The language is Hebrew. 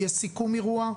יש סיכום אירוע,